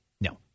No